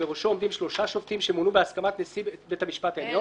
שבראשו עומדים שלושה שופטים שמונו בהסכמת נשיא בית המשפט העליון.